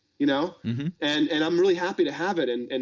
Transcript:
you know and and i'm really happy to have it and and